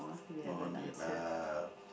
no need lah